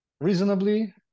reasonably